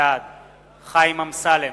בעד חיים אמסלם,